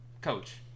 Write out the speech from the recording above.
Coach